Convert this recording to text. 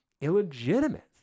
illegitimate